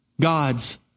God's